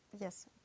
yes